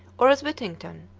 or as whittington,